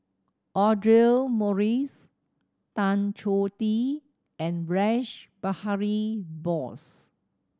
Audra Morrice Tan Choh Tee and Rash Behari Bose